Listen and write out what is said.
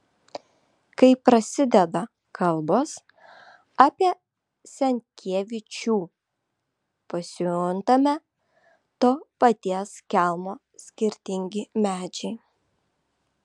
kai prasideda kalbos apie senkievičių pasijuntame to paties kelmo skirtingi medžiai